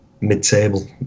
mid-table